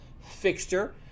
fixture